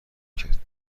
کرد